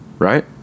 Right